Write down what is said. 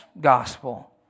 gospel